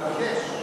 דרך אגב, לבקש.